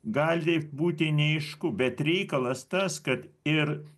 gali būti neaišku bet reikalas tas kad ir